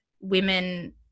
women